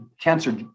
cancer